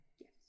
Yes